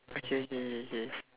okay okay okay